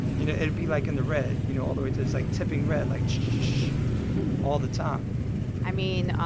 you know, it'd be, like, in the red. you know, all the way to this, like, tipping red, like, ch-ch-ch-ch-ch all the time i mean,